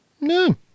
No